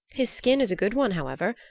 his skin is a good one, however.